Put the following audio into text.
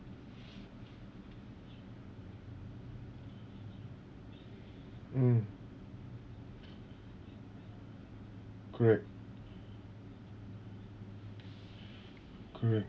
mm correct correct